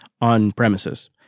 on-premises